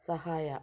ಸಹಾಯ